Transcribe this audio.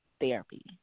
therapy